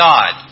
God